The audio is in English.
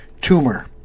tumor